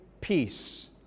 Peace